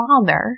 father